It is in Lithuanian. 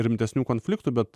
rimtesnių konfliktų bet